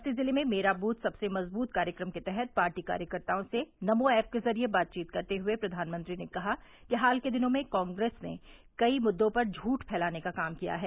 बस्ती जिले में मेरा व्थ सबसे मजबूत कार्यक्रम के तहत पार्टी कार्यकर्ताओं से नमो एप के जरिये बातचीत करते हुए प्र्यानमंत्री ने कहा कि हाल के दिनों में कांग्रेस ने कई मुद्दों पर झूठ फैलाने का काम किया है